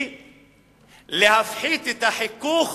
היא להפחית את החיכוך